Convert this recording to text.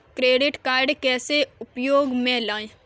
Credit card कैसे उपयोग में लाएँ?